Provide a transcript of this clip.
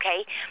okay